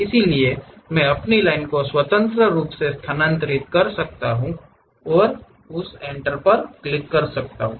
इसलिए मैं अपनी लाइन को स्वतंत्र रूप से स्थानांतरित कर सकता हूं और उस Enter पर क्लिक कर सकता हूं